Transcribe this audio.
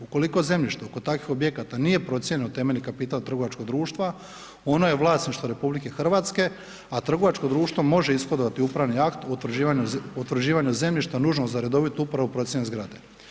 Ukoliko zemljište oko takvih objekata nije procijenjeno u temeljni kapital trgovačkog društva ono je vlasništvo RH, a trgovačko društvo može ishodovati upravni akt utvrđivanja zemljišta nužnog za redovitu uporabu procjene zgrade.